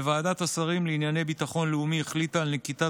וועדת השרים לענייני ביטחון לאומי החליטה על נקיטת